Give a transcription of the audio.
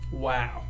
Wow